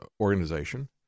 organization